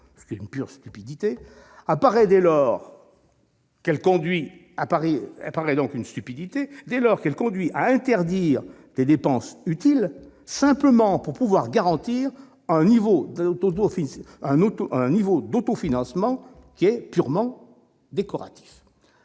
ce qui est pure stupidité, apparaît dès lors qu'elle conduit à interdire des dépenses utiles, simplement pour pouvoir garantir un niveau d'autofinancement purement décoratif.